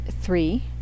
three